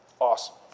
Awesome